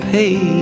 Hey